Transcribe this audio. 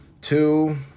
two